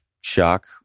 shock